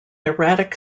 erratic